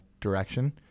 direction